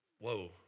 Whoa